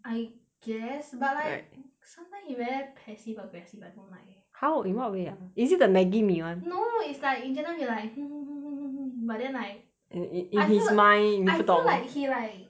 I guess but like sometimes he very passive aggressive I don't like eh how in what way ah is it the maggi mee [one] no is like just now he like but then like I feel in his mind I feel like